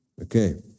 Okay